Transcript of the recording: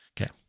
okay